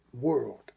world